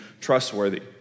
trustworthy